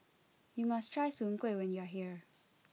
you must try soon Kuih when you are here